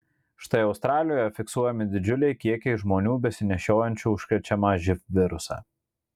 štai australijoje fiksuojami didžiuliai kiekiai žmonių besinešiojančių užkrečiamą živ virusą